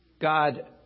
God